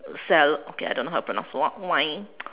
cell~ okay I don't know how to pronounce w~ wine